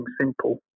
simple